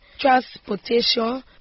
transportation